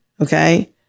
okay